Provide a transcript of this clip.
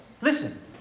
Listen